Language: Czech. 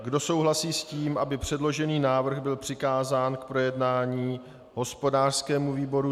Kdo souhlasí s tím, aby předložený návrh byl přikázán k projednání hospodářskému výboru?